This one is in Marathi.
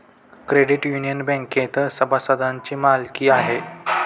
क्रेडिट युनियन बँकेत सभासदांची मालकी आहे